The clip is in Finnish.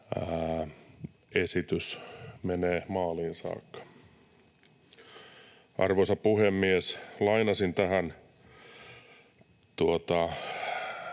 esitys menee maaliin saakka. Arvoisa puhemies! Lainasin tähän